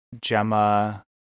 Gemma